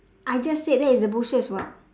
I just said that is the bushes [what]